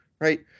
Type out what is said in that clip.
right